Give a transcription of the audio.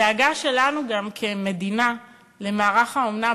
הדאגה שלנו כמדינה למערך האומנה,